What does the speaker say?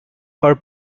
are